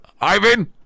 Ivan